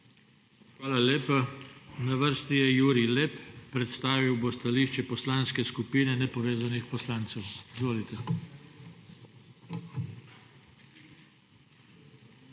Hvala lepa. Na vrsti je Jurij Lep, predstavil bo stališče Poslanske skupine nepovezanih poslancev. Izvolite.